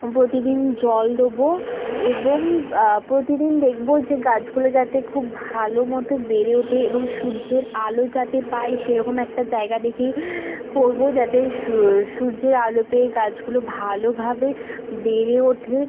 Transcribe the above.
প্রতিদিন জল দোবো এবং প্রতিদিন দেখব যে গাছগুলো যাতে খুব ভালো মতো বেড়ে ওঠে এবং সূর্যের আলো যাতে পায় সেরকম একটা জায়গা দেখে করব যাতে সূর্যের আলো পেয়ে গাছগুলো ভালোভাবে বেড়ে ওঠে